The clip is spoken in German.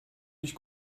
dich